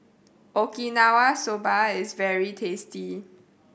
Okinawa Soba is very tasty